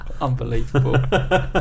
Unbelievable